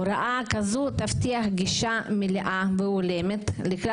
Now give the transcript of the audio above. הוראה כזאת תבטיח גישה מלאה והולמת לכלל